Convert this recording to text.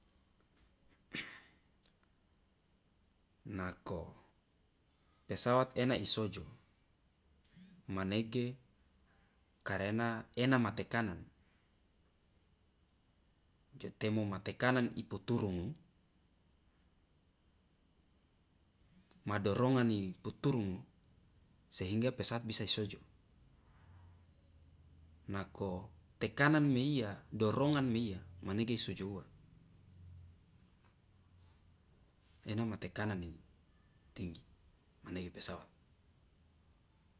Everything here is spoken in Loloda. nako pesawat ena isojo manege karena ena ma tekanan jo temo ma tekanan iputurungu ma dorongan iputurungu sehingga pesawat bisa isojo nako tekanan meiya dorongan meiya manege isojo uwa ena ma tekanan itinggi manege pesawat.